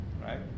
right